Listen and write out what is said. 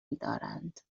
دارند